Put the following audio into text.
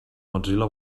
mozilla